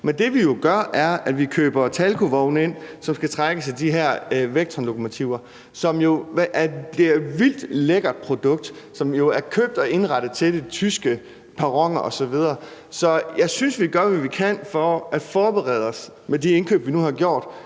Men det, vi jo gør, er, at vi indkøber vogne fra Talgo, som skal trækkes af de her Vectronlokomotiver, som er et vildt lækkert produkt, som er købt og indrettet til tyske perroner osv. Så jeg synes, vi gør, hvad vi kan, for at forberede os med de indkøb, vi nu har gjort,